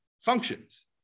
functions